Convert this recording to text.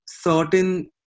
certain